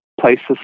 Places